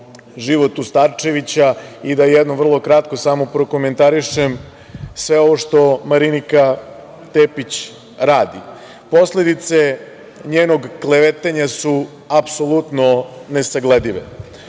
Životu Starčevića i da vrlo kratko prokomentarišem sve ovo što Marinika Tepić radi. Posledice njenog klevetanja su apsolutno nesagledive.